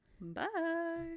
Bye